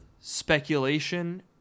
speculation